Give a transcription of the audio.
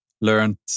learned